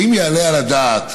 האם יעלה על הדעת